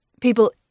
people